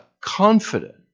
confident